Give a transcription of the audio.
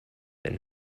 and